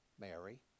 Mary